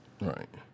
Right